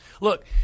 Look